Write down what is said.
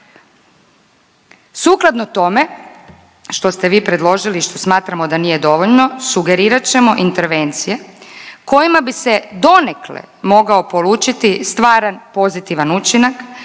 Sukladno tome što ste vi predložili i što smatramo da nije dovoljno sugerirat ćemo intervencije kojima bi se donekle mogao polučiti stvaran i pozitivan učinak